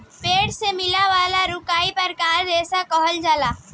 पेड़ से मिले वाला रुई के प्राकृतिक रेशा कहल जाला